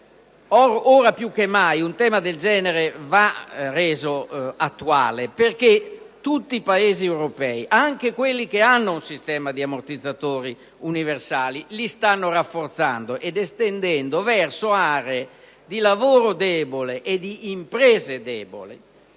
ora più che mai un tema del genere va reso attuale, perché tutti i Paesi europei, anche quelli che hanno un sistema di ammortizzatori universali, li stanno rafforzando ed estendendo verso aree di lavoro deboli e di imprese deboli